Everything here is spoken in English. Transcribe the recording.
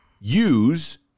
Use